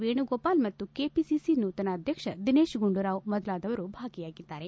ವೇಣುಗೋಪಾಲ್ ಮತ್ತು ಕೆಪಿಸಿಸಿ ನೂತನ ಅಧ್ಯಕ್ಷ ದಿನೇಶ್ ಗುಂಡೂರಾವ್ ಮೊದಲಾದವರು ಭಾಗಿಯಾಗಿದ್ದಾರೆ